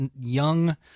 young